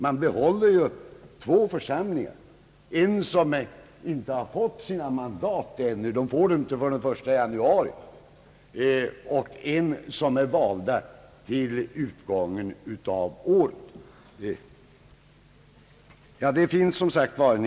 Man behåller två församlingar, en som inte får sina mandat efter valet den 1 januari, och en som är vald till utgången av året.